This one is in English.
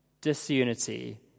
Disunity